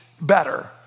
better